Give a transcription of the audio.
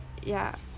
ya